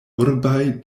urbaj